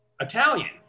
Italian